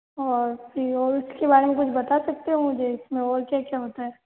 और फ़िर और इसके बारे में कुछ बता सकते हो मुझे इसमें और क्या क्या होता है